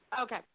Okay